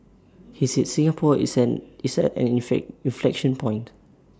he said Singapore is an is at an inflection point